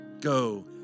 go